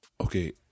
Okay